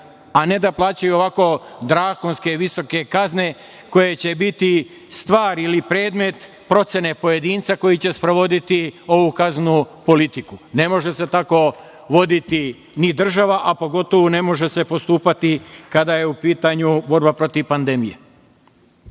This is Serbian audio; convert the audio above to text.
a ne da plaćaju ovako drakonske, visoke kazne, koje će biti stvar ili predmet procene pojedinca koji će sprovoditi ovu kaznenu politiku. Ne može se tako voditi ni država, a pogotovo ne može se postupati kada je u pitanju borba protiv pandemije.